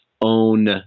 own